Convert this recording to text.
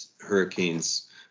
hurricanes